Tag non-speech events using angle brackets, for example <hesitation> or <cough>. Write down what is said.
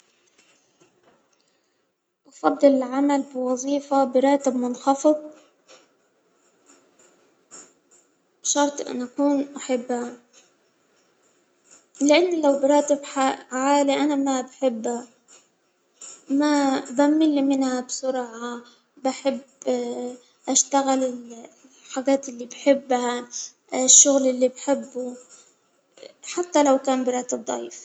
أفضل العمل بوظيفة براتب منخفض، شرط أن أكون أحب ،لأن لو براتب ع-عالي أنا ما بحبها، لأن بمل منها بسرعة، بحب <hesitation> أشتغل <hesitation> الحاجات اللي أحبها، <hesitation> الشغل اللي بحبه، حتى لو كان براتب ضعيف.